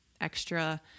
extra